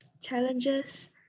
challenges